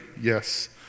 Yes